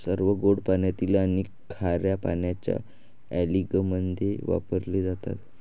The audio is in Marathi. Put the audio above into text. सर्व गोड पाण्यातील आणि खार्या पाण्याच्या अँलिंगमध्ये वापरले जातात